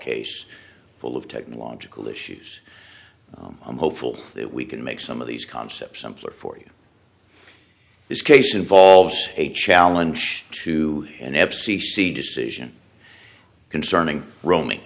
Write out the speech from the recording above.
case full of technological issues i'm hopeful that we can make some of these concepts simpler for you this case involves a challenge to an f c c decision concerning roaming